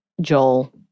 Joel